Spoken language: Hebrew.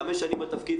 חמש שנים בתפקיד,